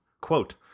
quote